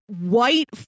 white